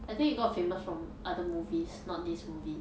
I think he got famous from other movies not this movie